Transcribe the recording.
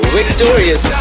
victorious